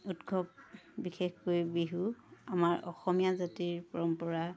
উৎসৱ বিশেষকৈ বিহু আমাৰ অসমীয়া জাতিৰ পৰম্পৰা